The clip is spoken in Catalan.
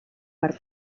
per